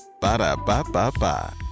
Ba-da-ba-ba-ba